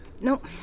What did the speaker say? Nope